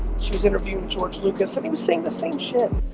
she was interviewing george lucas and he was saying the same shit.